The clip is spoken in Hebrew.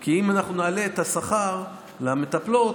כי אם נעלה את השכר למטפלות,